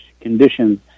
conditions